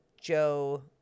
Joe